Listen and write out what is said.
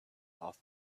off